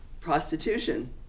prostitution